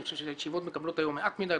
אני חושב שהישיבות מקבלות היום מעט מדי,